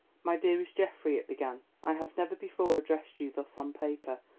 my dearest geoffrey, it began, i have never before addressed you thus on paper,